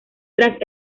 tras